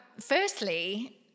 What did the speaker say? firstly